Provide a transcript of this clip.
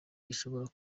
bishobora